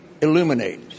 illuminate